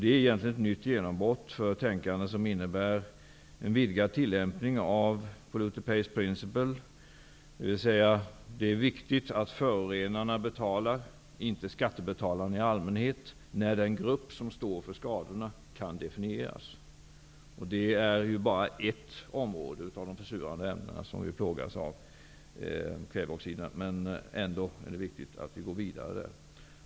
Det är egentligen ett genombrott för ett tänkande som innebär en vidgad tillämpning av Polluter Pays Principle, dvs. att det är viktigt att förorenarna betalar och inte skattebetalarna i allmänhet när den grupp som står för skadorna kan definieras. Kväveoxid är bara ett av de försurande ämnen som vi plågas av. Men det är ändå viktigt att vi går vidare.